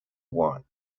want